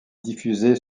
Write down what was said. diffusée